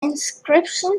inscription